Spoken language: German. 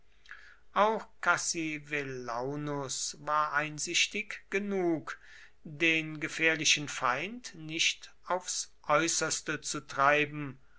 auch cassivellaunus war einsichtig genug den gefährlichen feind nicht aufs äußerste zu treiben